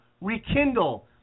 rekindle